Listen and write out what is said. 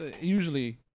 usually